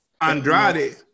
Andrade